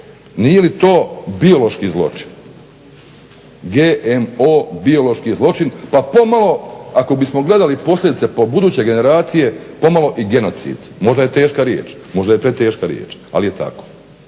Nije li to biološki zločin? GMO biološki zločin pa pomalo ako bismo gledali posljedice po buduće generacije pomalo i genocid. Možda je teška riječ, možda je preteška riječ ali je tako.